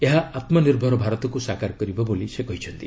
ଏହା ଆତ୍କନିର୍ଭର ଭାରତକୁ ସାକାର କରିବ ବୋଲି ସେ କହିଛନ୍ତି